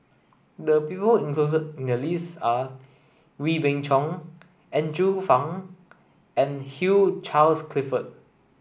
the people included in the list are Wee Beng Chong Andrew Phang and Hugh Charles Clifford